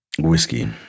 Whiskey